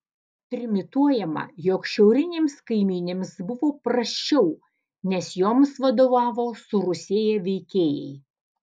trimituojama jog šiaurinėms kaimynėms buvo prasčiau nes joms vadovavo surusėję veikėjai